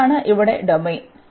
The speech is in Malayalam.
അതിനാൽ ഇതാണ് ഇവിടെ ഡൊമെയ്ൻ